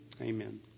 Amen